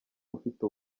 ufite